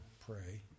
pray